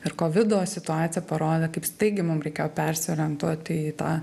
ir kovido situacija parodė kaip staigiai mum reikėjo persiorientuoti į tą